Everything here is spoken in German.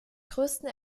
größten